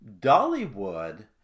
Dollywood